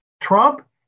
Trump